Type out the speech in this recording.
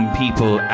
people